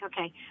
okay